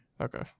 Okay